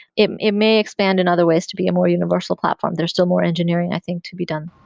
it it may expand in other ways to be a more universal platform. there's still more engineering, i think, to be done.